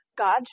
God